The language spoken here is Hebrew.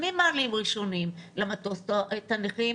מעלים ראשונים למטוס את הנכים,